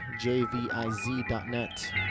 Jviz.net